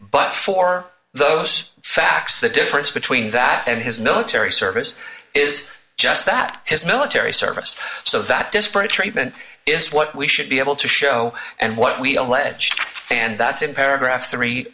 but for those facts the difference between that and his military service is just that his military service so that disparate treatment is what we should be able to show and what we alleged and that's in paragraph three